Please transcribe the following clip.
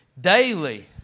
Daily